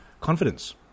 confidence